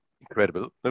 incredible